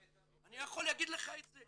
אני יכול להגיד לך את זה.